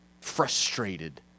frustrated